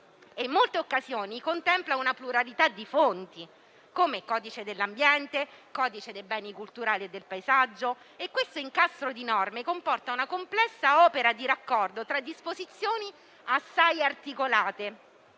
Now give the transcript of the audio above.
in molte occasioni contempla una pluralità di fonti, come codice dell'ambiente e codice dei beni culturali e del paesaggio. Questo incastro di norme comporta una complessa opera di raccordo tra disposizioni assai articolate.